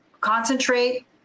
concentrate